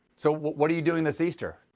so what are you doing this easter?